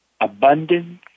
abundance